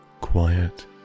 quiet